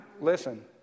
listen